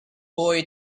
boy